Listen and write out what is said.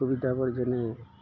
সুবিধাবোৰ যেনে